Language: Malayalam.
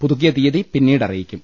പുതുക്കിയ തിയ്യതി പിന്നീട് അറിയിക്കും